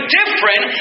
different